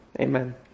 Amen